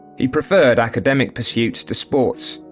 he preferred academic pursuits to sports,